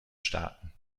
staaten